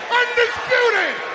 undisputed